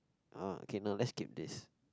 uh okay no let's skip this